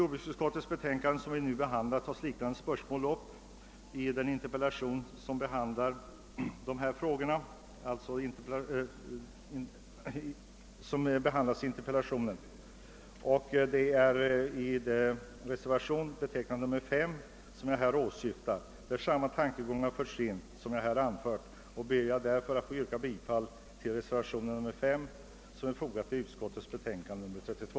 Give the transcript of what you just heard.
Det utlåtande från jordbruksutskottet som vi nu behandlar rör frågor av samma art som i interpellationen. I reservationen 5 har samma tankegångar lagts fram som de jag framfört. Jag ber därför, att få yrka bifall till reservationen 5 vid jordbruksutskottets utlåtande nr 32.